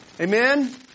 Amen